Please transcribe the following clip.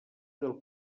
del